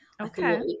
okay